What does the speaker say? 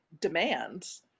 demands